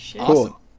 Cool